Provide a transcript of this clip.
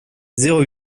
zéro